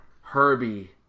Herbie